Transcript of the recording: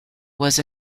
was